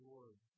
Lord